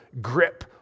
grip